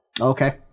okay